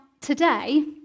today